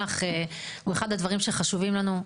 שהוא אחד הדברים החשובים לנו.